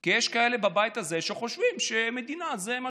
כי יש כאלה בבית הזה שחושבים שהמדינה זה מה